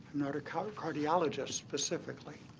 not a kind of cardiologist, specifically.